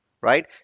right